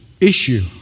issue